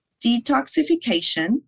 detoxification